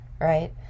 right